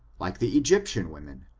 like the egyptian women,